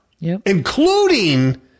Including